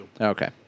Okay